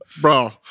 bro